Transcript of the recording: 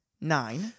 nine